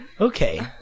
Okay